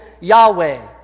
Yahweh